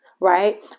right